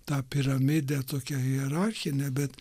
tą piramidę tokią hierarchinę bet